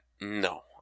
no